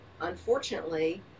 unfortunately